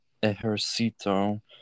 ejército